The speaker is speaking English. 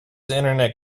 internet